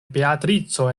beatrico